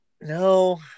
No